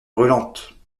brûlantes